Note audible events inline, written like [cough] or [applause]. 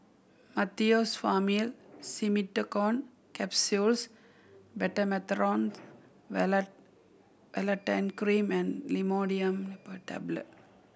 Meteospasmyl Simeticone Capsules Betamethasone [unintelligible] Cream and Imodium Tablet